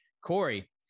Corey